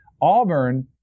Auburn